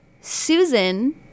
Susan